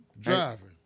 driving